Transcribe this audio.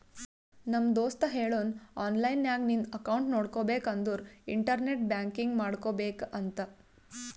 ನಮ್ ದೋಸ್ತ ಹೇಳುನ್ ಆನ್ಲೈನ್ ನಾಗ್ ನಿಂದ್ ಅಕೌಂಟ್ ನೋಡ್ಬೇಕ ಅಂದುರ್ ಇಂಟರ್ನೆಟ್ ಬ್ಯಾಂಕಿಂಗ್ ಮಾಡ್ಕೋಬೇಕ ಅಂತ್